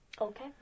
okay